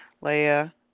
Leah